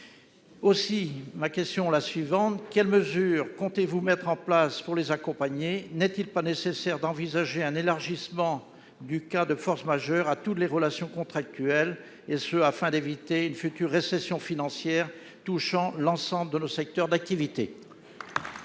Dans ces conditions, quelles mesures comptez-vous mettre en place pour les accompagner ? N'est-il pas nécessaire d'envisager un élargissement du cas de force majeure à toutes les relations contractuelles, afin d'éviter une future récession financière touchant l'ensemble de nos secteurs d'activité ?